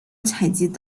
采集